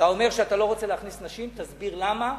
אתה אומר שאתה לא רוצה להכניס נשים, תסביר למה.